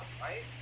right